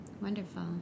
Wonderful